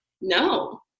No